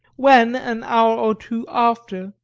when, an hour or two after,